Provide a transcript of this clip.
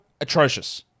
atrocious